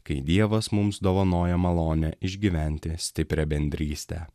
kai dievas mums dovanoja malonę išgyventi stiprią bendrystę